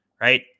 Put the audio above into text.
right